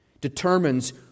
determines